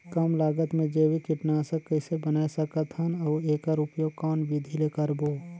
कम लागत मे जैविक कीटनाशक कइसे बनाय सकत हन अउ एकर उपयोग कौन विधि ले करबो?